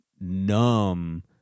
numb